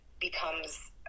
becomes